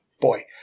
boy